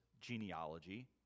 genealogy